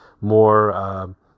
more